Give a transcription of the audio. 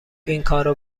اینکارو